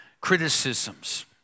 criticisms